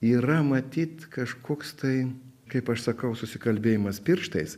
yra matyt kažkoks tai kaip aš sakau susikalbėjimas pirštais